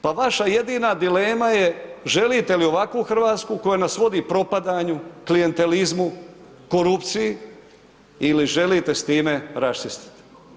Pa vaša jedina dilema je želite li ovakvu Hrvatsku koja nas vodi propadanju, klijentelizmu, korupciji ili želite s time raščistiti.